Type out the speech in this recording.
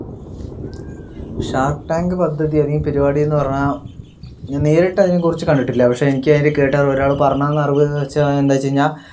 shark tank പദ്ധതി അല്ലെങ്കിൽ പരിപാടി എന്ന് പറഞ്ഞാൽ ഞാൻ നേരിട്ട് അതിനെക്കുറിച്ച് കണ്ടിട്ടില്ല പക്ഷേ എനിയ്ക്കത് കേട്ട് ഒരാള് പറഞ്ഞു തന്ന അറിവ് വെച്ച് അത് എന്താന്ന് വെച്ചു കഴിഞ്ഞാൽ